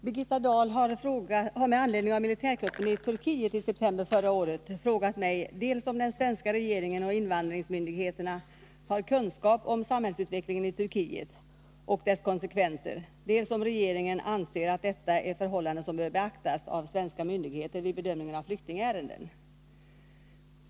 Herr talman! Birgitta Dahl har med anledning av militärkuppen i Turkiet i september förra året frågat mig dels om den svenska regeringen och invandringsmyndigheterna har kunskap om samhällsutvecklingen i Turkiet och dess konsekvenser, dels om regeringen anser att detta är förhållanden som bör beaktas av svenska myndigheter vid bedömningen av flyktingärenden.